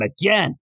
again